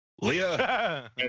Leah